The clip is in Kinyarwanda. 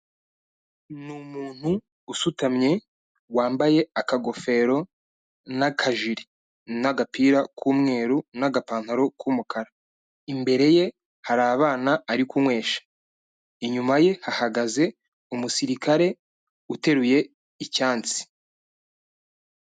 Ni umuntu usutamye wambaye akagofero n'akajiri n'agapira k'umweru n'agapantaro k'umukara, imbere ye hari abana ari kunywesha, inyuma ye hahagaze umusirikare uteruye icyansi.